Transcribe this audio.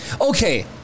okay